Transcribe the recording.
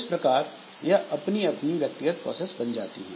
इस प्रकार यह अपनी अलग व्यक्तिगत प्रोसेस होती है